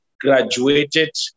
graduated